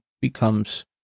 becomes